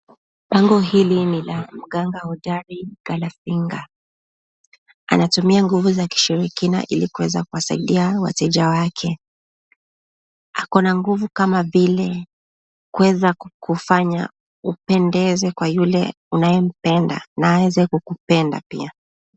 Bango hili nila mganga hodari kalasinga. Anatumia nguvu za kishirikina ili kuweza kuwasaidia wateja wake. Akona na nguvu kama vile kuweza kukufanya upendeze kwa yule unayempenda na aweze kukupenda pia.